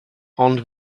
ond